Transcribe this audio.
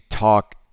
talk